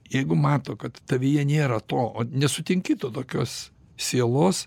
jeigu mato kad tavyje nėra to o nesutinki to tokios sielos